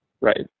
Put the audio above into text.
Right